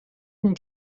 not